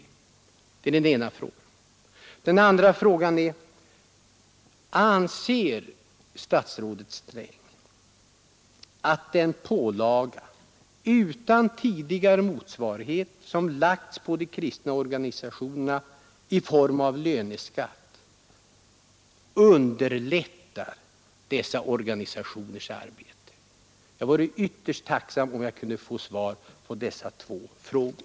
Vidare vill jag fråga om statsrådet Sträng anser att den pålaga utan tidigare motsvarighet som lagts på de kristna organisationerna i form av löneskatt underlättar dessa organisationers arbete? Jag vore tacksam om jag kunde få svar på dessa två frågor.